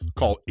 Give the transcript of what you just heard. call